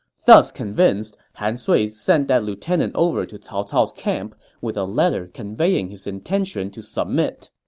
thus convinced, han sui sent that lieutenant over to cao cao's camp with a letter conveying his intention to submit.